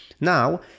Now